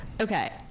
Okay